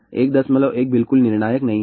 11 बिल्कुल निर्णायक नहीं है